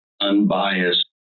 unbiased